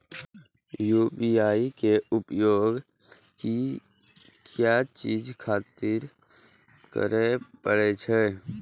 UPI के उपयोग किया चीज खातिर करें परे छे?